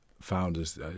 founders